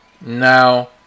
now